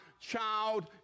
child